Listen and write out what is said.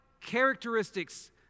characteristics